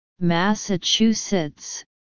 Massachusetts